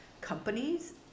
companies